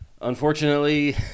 Unfortunately